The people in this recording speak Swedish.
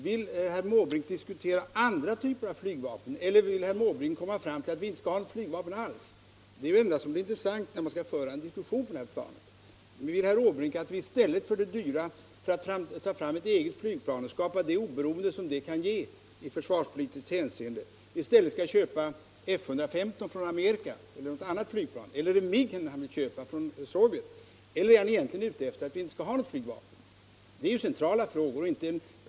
Vill herr Måbrink diskutera andra typer av flygplan, eller vill herr Måbrink komma fram till att vi inte skall ha något flygvapen alls? Det är ju det enda som är intressant när man skall föra en diskussion på det här området. Vill herr Måbrink att vi i stället för att ta fram ett eget flygplan — oeh skapa det oberoende som det kan ge i försvarspolitiskt hänseende —- skall köpa F 115 från Amerika, eller något annat flygplan? Eller är det Mig han vill köpa från Sovjet? Eller är han egentligen ute efter att vi inte skall ha något flygvapen alls? Det är ju centrala frågor.